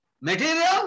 material